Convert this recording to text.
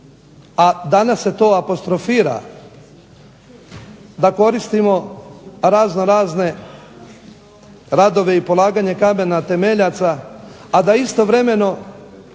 a danas se to apostrofira da koristimo raznorazne radove i polaganje kamena temeljaca, a da istovremeno